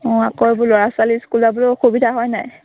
অঁ আকৌ এইবোৰ ল'ৰা ছোৱালী স্কুল যাবলৈও অসুবিধা হয় নাই